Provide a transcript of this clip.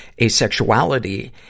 Asexuality